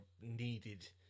needed